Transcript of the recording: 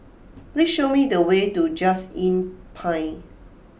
please show me the way to Just Inn Pine